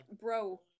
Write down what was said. Bro